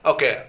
Okay